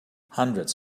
hundreds